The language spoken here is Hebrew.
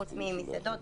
חוץ ממסעדות,